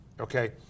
Okay